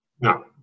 no